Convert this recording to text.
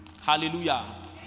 hallelujah